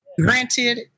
granted